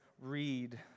read